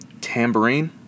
Tambourine